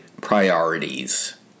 priorities